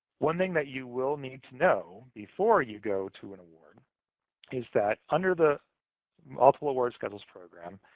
one thing that you will need to know before you go to an award is that under the multiple award schedules program,